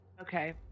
Okay